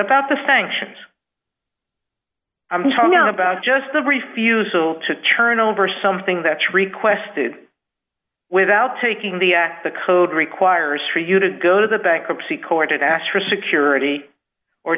about the sanctions i'm talking about just the brief usal to turn over something that's requested without taking the at the code requires for you to go to the bankruptcy court and ask for security or